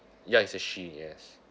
ya it's a she yes